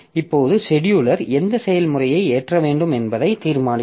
இப்போது செடியூலர் எந்த செயல்முறையை ஏற்ற வேண்டும் என்பதை தீர்மானிக்கும்